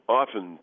often